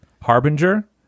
Harbinger